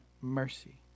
mercy